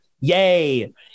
Yay